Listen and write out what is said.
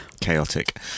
chaotic